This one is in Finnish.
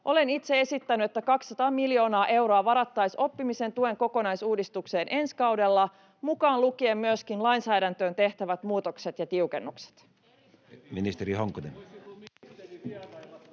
Olen itse esittänyt, että 200 miljoonaa euroa varattaisiin oppimisen tuen kokonaisuudistukseen ensi kaudella, mukaan lukien myöskin lainsäädäntöön tehtävät muutokset ja tiukennukset.